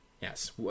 Yes